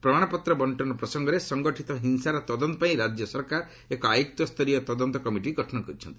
ପ୍ରମାଣପତ୍ର ବର୍ଷନ ପ୍ରସଙ୍ଗରେ ସଂଗଠିତ ହିଂସାର ତଦନ୍ତ ପାଇଁ ରାଜ୍ୟ ସରକାର ଏକ ଆୟୁକ୍ତ ସ୍ତରୀୟ ତଦନ୍ତ କମିଟି ଗଠନ କରିଛନ୍ତି